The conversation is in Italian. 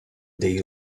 dei